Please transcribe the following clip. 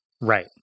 Right